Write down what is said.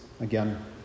Again